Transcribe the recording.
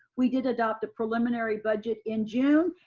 we did adopt a preliminary budget in june,